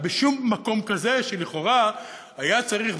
בשום מקום כזה שלכאורה היה צריך,